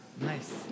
Nice